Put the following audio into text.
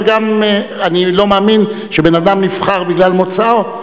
אבל אני לא מאמין שאדם נבחר בגלל מוצאו.